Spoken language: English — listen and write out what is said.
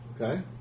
Okay